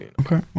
Okay